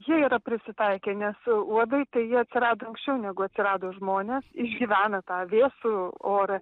jie yra prisitaikę nes uodai tai jie atsirado anksčiau negu atsirado žmonės išgyvena tą vėsų orą